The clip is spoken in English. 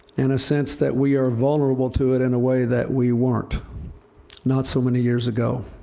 and a sense that we are vulnerable to it in a way that we weren't not so many years ago.